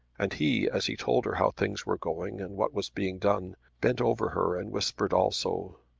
and he, as he told her how things were going and what was being done, bent over her and whispered also.